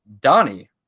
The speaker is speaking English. donnie